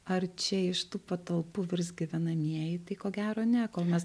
ar čia iš tų patalpų virs gyvenamieji tai ko gero ne kol mes